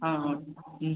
ஆ okay ம்